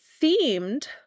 themed